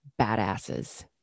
badasses